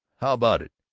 how about it?